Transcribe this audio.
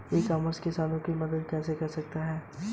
ई commerce किसानों की मदद कैसे कर सकता है?